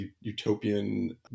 utopian